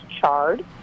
charred